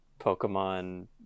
Pokemon